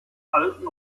alten